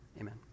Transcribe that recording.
amen